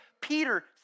Peter